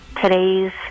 today's